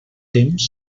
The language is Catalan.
temps